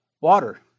water